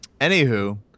Anywho